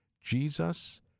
Jesus